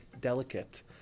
delicate